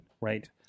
right